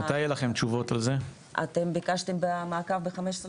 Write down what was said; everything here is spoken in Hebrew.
אתם ביקשתם במעקב ב-15 לפברואר.